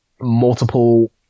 multiple